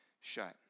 shut